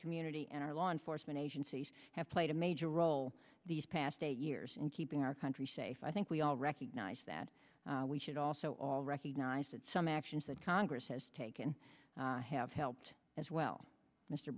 community and our law enforcement agencies have played a major role these past eight years in keeping our country safe i think we all recognize that we should also all recognize that some actions that congress has taken have helped as well mr